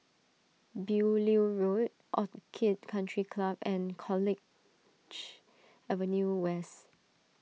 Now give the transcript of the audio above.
Beaulieu Road Orchid Country Club and College Avenue West